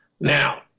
Now